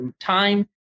time